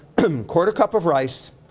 quarter cup of rice,